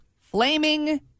Flaming